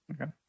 Okay